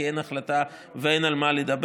כי אין החלטה ואין על מה לדבר.